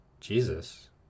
Jesus